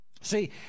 See